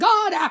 God